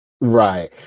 Right